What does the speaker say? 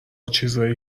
چیزایی